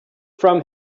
from